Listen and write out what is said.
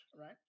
right